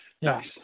Yes